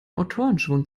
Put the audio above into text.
autorenschwund